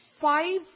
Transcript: five